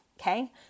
Okay